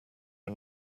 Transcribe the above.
are